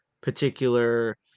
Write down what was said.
particular